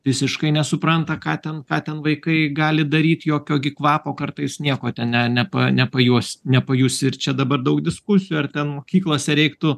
visiškai nesupranta ką ten ką ten vaikai gali daryti jokio gi kvapo kartais nieko ten ne ne nepajuos nepajusi ir čia dabar daug diskusijų ar ten mokyklose reiktų